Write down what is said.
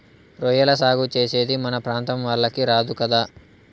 రొయ్యల సాగు చేసేది మన ప్రాంతం వాళ్లకి రాదు కదా